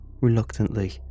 reluctantly